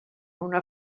una